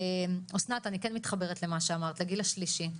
אסנת, אני כן מתחברת למה שאמרת, לגיל השלישי.